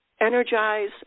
energize